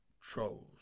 Trolls